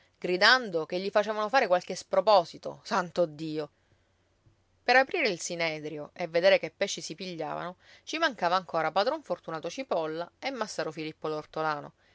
gridando che gli facevano fare qualche sproposito santo dio per aprire il sinedrio e vedere che pesci si pigliavano ci mancava ancora padron fortunato cipolla e massaro filippo l'ortolano